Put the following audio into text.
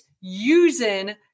using